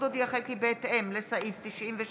עוד אודיעכם כי בהתאם לסעיף 96